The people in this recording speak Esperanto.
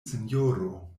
sinjoro